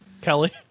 Kelly